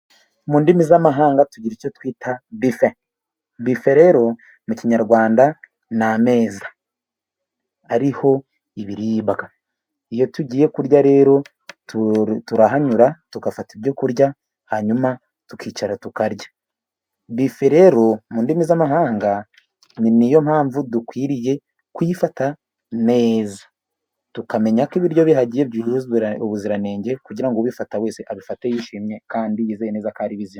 Mu ndimi z'amahanga tugira icyo twita bife, bife rero mu kinyarwanda ni ameza ariho ibiribwa. Iyo tugiye kurya rero turahanyura tugafata ibyo kurya, hanyuma tukicara tukarya. Bife rero mu ndimi z'amahanga, niyo mpamvu dukwiriye kuyifata neza, tukamenya ko ibiryo bihagije, byujuje ubuziranenge kugira ngo ubifata wese abifate yishimye, kandi yizeye neza ko ari bizima.